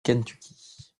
kentucky